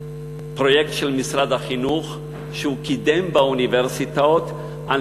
פרויקט של משרד החינוך שהוא קידם באוניברסיטאות על